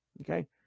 Okay